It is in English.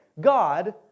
God